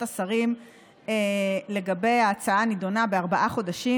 השרים לגבי ההצעה הנדונה בארבעה חודשים,